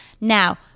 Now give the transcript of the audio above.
Now